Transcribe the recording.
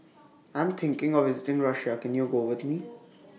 I'm thinking of visiting Russia Can YOU Go with Me